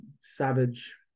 savage